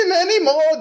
anymore